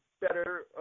better